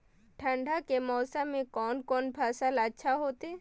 ठंड के मौसम में कोन कोन फसल अच्छा होते?